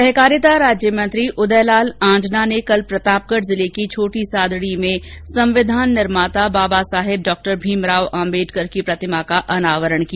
सहकारिता राज्य मंत्री उदयलाल आंजना ने कल प्रतापगढ़ जिले के छोटी सादड़ी में संविधान निर्माता बाबा साहेब डॉ भीमराव अंबेडकर की प्रतिमा का अनावरण किया